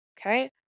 Okay